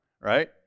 right